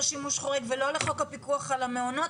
שימוש חורג ולא לחוק הפיקוח על המעונות.